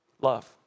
Love